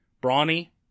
Brawny